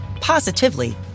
positively